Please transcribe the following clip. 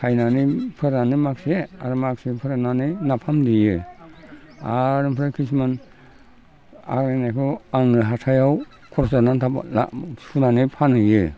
सायनानै फोरानो माखासे आरो माखासेखौ फोराननानै नाफाम देयो आरो ओमफ्राय किसुमान आग्लायनायखौ आंनो हाथायाव खरस जानो आन्था सुनानै फानहैयो